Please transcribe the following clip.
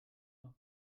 noch